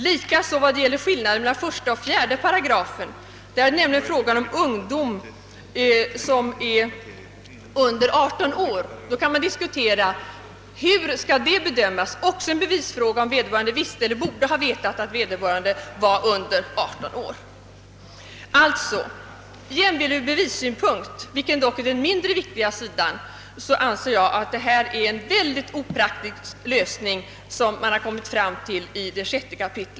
Likaså när det gäller skillnaden mellan första och fjärde paragraferna, där det är fråga om ungdom som är under 18 år. Man kan diskutera hur det skall bedömas. Det är också en bevisfråga, om vederbörande visste eller borde ha vetat att flickan var under 18 år. Jämväl ur bevissynpunkt — vilken dock är den mindre viktiga sidan — anser jag att det är en mycket opraktisk lösning som man kommit fram till i 6 kap.